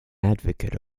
advocate